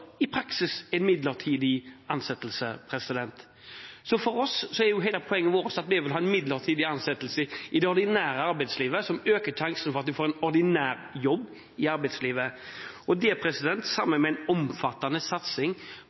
i praksis er midlertidig ansettelse. Så for oss er hele poenget at vi vil ha midlertidig ansettelse i det ordinære arbeidslivet, noe som øker sjansen for at man får en ordinær jobb. Det, sammen med en omfattende satsing